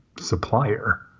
supplier